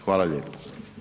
Hvala lijepo.